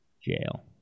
Jail